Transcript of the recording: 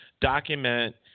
Document